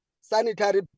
sanitary